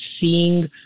seeing